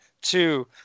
two